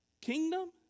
kingdom